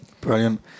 Brilliant